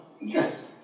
Yes